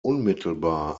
unmittelbar